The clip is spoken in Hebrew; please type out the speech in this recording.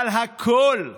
אבל הכול,